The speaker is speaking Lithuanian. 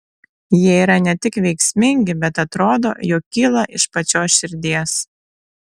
jie yra ne tik veiksmingi bet atrodo jog kyla iš pačios širdies